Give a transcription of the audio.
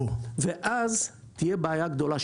ואז תהיה לנו בעיה גדולה,